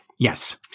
Yes